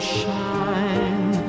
shine